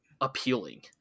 appealing